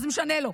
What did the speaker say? מה זה משנה לו?